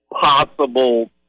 possible